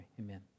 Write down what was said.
Amen